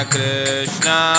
Krishna